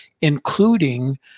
including